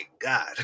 God